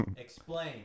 Explain